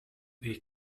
the